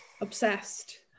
Obsessed